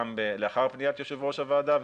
גם לאחר פניית יושב ראש הוועדה,